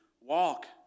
walk